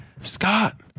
Scott